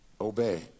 obey